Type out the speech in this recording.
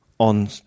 On